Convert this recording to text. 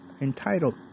entitled